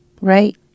Right